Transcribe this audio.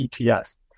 ETS